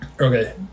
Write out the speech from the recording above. Okay